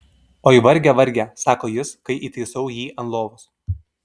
oi varge varge sako jis kai įtaisau jį ant lovos